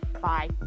Bye